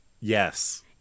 Yes